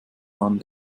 man